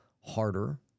harder